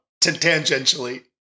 tangentially